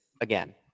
again